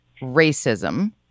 racism